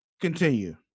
Continue